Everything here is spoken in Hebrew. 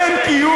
אין קיום